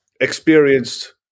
experienced